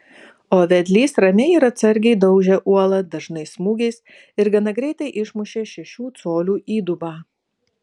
o vedlys ramiai ir atsargiai daužė uolą dažnais smūgiais ir gana greitai išmušė šešių colių įdubą